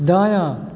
दायाँ